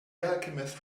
alchemist